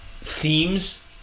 themes